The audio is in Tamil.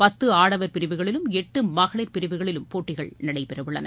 பத்து ஆடவா் பிரிவுகளிலும் எட்டு மகளிா் பிரிவுகளிலும் போட்டிகள் நடைபெறவுள்ளன